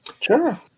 sure